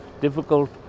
difficult